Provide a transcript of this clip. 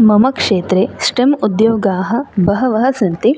मम क्षेत्रे स्टेम् उद्योगाः बहवः सन्ति